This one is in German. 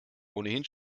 ohnehin